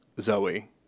Zoe